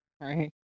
Right